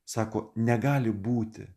sako negali būti